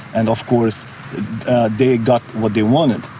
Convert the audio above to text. and of course they got what they wanted,